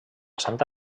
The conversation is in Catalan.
santa